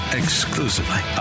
exclusively